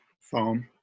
foam